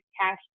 cash